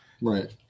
right